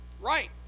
Right